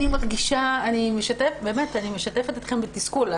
אני מרגישה באמת אני משתפת אתכם בתסכול.